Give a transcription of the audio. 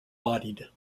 bodied